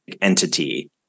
entity